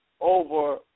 over